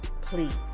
please